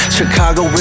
Chicago